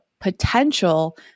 potential